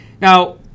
now